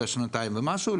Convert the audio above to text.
אלא שנתיים ומשהו.